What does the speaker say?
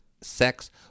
sex